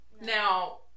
Now